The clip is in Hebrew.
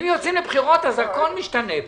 אם יוצאים לבחירות - הכול משתנה.